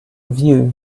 view